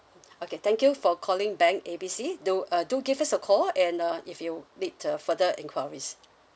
okay thank you for calling bank A B C do uh do give us a call and uh if you need uh further enquiries